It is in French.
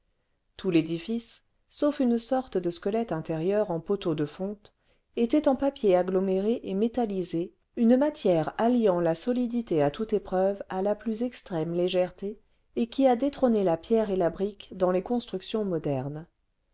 tout l'édifice sauf une sorte de squelette intérieur en poteaux de fonte était en papier aggloméré et métallisé une matière alliant la solidité à toute épreuve à la plus extrême légèreté et qui a détrôné la pierre et la brique dans les constructions modernes